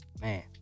man